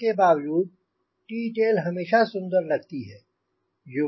इसके बावजूद टी टेल हमेशा सुंदर लगती है